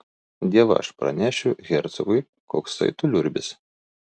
dievaž pranešiu hercogui koksai tu liurbis